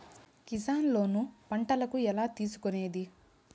Kisan loan పంటలకు ఎలా తీసుకొనేది?